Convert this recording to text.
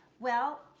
well,